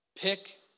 Pick